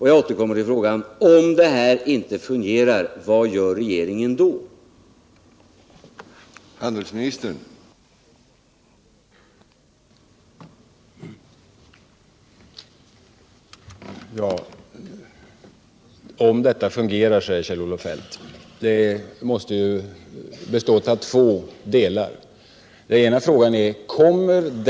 Jag återkommer till frågan: Vad gör regeringen om detta system inte fungerar?